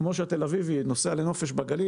כמו שהתל-אביבי נוסע לנופש בגליל,